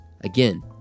again